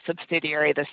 subsidiary